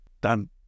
done